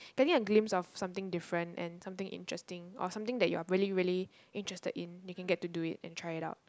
getting a glimpse of something different and something interesting or something that you're really really interested in you can get to do it and try it out